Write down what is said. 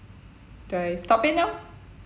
do I stop it now